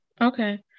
Okay